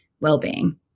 well-being